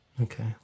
Okay